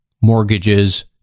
mortgages